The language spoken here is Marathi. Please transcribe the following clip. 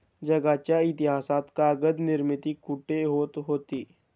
जगाच्या इतिहासात कागद निर्मिती कुठे होत होती?